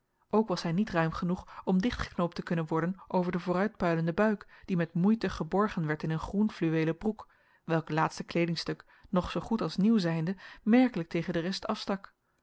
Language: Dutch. ook was hij niet ruim genoeg om dichtgeknoopt te kunnen worden over den vooruitpuilenden buik die met moeite geborgen werd in een groen fluweelen broek welk laatste kleedingstuk nog zoogoed als nieuw zijnde merkelijk tegen de rest afstak